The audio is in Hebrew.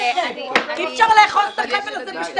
בחייכם, אי אפשר לאחוז את החבל הזה בשני קצותיו.